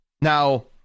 Now